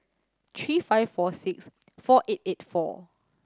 three five four six four eight eighty four